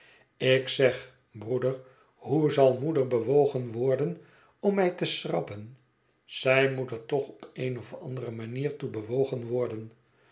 ik zeg broeder hoe zal moeder bewogen worden om mij te schrappen zij moet er toch op eene of andere manier toe bewogen worden